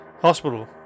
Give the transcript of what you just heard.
Hospital